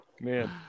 Man